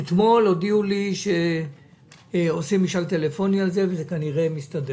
הודיעו לי שעושים משאל טלפוני וכנראה שזה מסתדר.